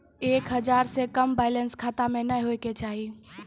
एक हजार से कम बैलेंस खाता मे नैय होय के चाही